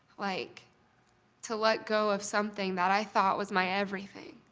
like to let go of something that i thought was my everything.